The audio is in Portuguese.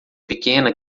pequena